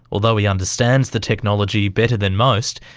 although he understands the technology better than most,